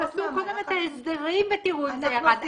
--- אז תעשו קודם את ההסדרים ותראו אם זה ירד.